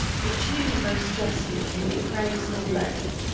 which you, most justly, neither praise nor blame.